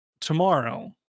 tomorrow